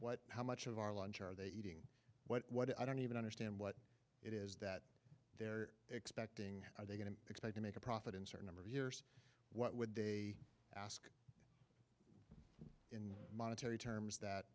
what how much of our lunch are they eating what i don't even understand what it is that they're expecting are they going to expect to make a profit in certain number of years what would they ask in monetary terms that